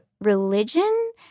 religion